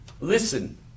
Listen